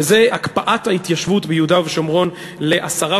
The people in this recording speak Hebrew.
וזה הקפאת ההתיישבות ביהודה ובשומרון לעשרה